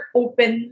open